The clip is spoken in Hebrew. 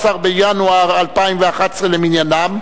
19 בינואר 2011 למניינם,